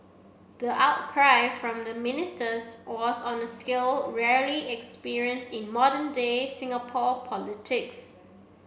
the outcry from the ministers was on a scale rarely experienced in modern day Singapore politics